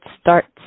starts